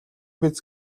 биз